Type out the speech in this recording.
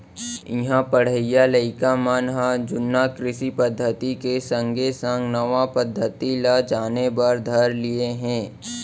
इहां पढ़इया लइका मन ह जुन्ना कृषि पद्धति के संगे संग नवा पद्धति ल जाने बर धर लिये हें